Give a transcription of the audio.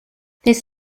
this